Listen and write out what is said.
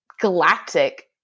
galactic